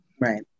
Right